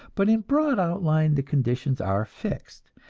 but in broad outline the conditions are fixed,